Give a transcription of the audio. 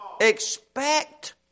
expect